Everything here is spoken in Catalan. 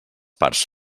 parts